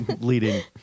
leading